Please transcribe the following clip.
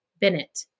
Bennett